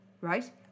right